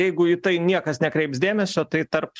jeigu į tai niekas nekreips dėmesio tai tarp